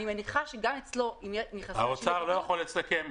אני מניחה שגם אצלו --- משרד האוצר לא יכול לסכם.